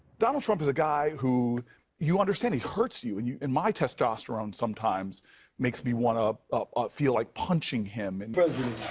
donald trump is a guy who you understand he hurts you and you and my testosterone sometimes makes me ah ah feel like punching him.